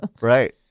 Right